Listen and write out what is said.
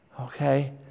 Okay